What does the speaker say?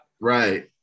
Right